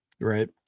Right